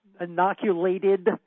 inoculated